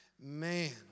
man